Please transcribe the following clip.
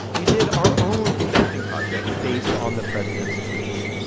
we did our own investing project based on the president's tweets.